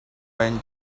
man